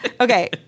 Okay